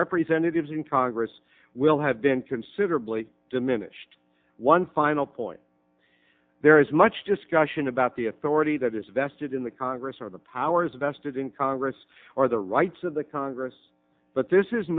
representatives in congress will have been considerably diminished one final point there is much discussion about the authority that is vested in the congress or the powers vested in congress or the rights of the congress but this is